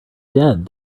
dead